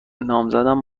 نامزدم